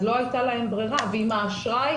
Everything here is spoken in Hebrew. אז כמו שאמרנו,